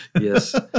Yes